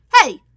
hey